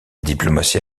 diplomatie